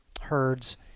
herds